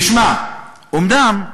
תשמע, "אומנם"